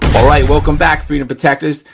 all right, welcome back freedom protectors.